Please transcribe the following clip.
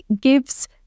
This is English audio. gives